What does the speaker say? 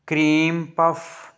cream puff